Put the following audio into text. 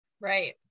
Right